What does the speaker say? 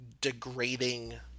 degrading